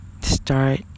Start